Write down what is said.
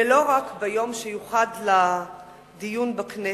ולא רק ביום שיוחד לדיון בכנסת.